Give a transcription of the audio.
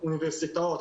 אוניברסיטאות,